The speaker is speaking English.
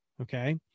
Okay